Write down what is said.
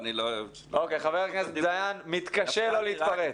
אוקיי, חבר הכנסת דיין מתקשה לא להתפרץ.